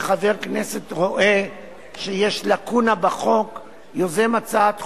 שחבר כנסת רואה שיש לקונה בחוק ויוזם הצעת חוק.